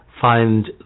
find